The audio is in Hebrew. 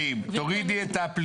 תורידי את הביטחוניים,